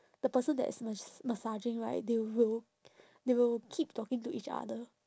the person that is mas~ massaging right they will they will keep talking to each other